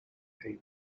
halo